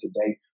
today